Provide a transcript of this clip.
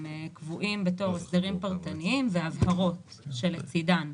הם קבועים בתור הסדרים פרטניים והבהרות שלצדם.